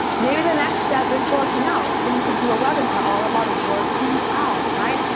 maybe the next step is walking out. so you could do a webinar all about working out mine,